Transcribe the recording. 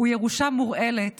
הוא ירושה מורעלת